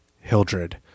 Hildred